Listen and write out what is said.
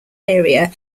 area